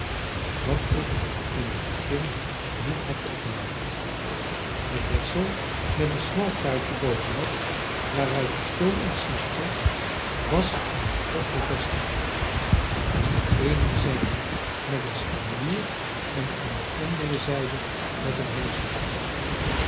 wat ik in het begin niet had opgemerkt het deksel met een smal tuitje bovenop waaruit de stoom ontsnapte was aan den pot bevestigd aan de eene zijde met een scharnier en aan de andere zijde met een